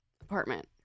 apartment